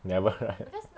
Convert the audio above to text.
never right